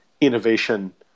innovation